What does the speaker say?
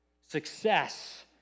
success